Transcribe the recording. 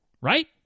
right